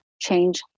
change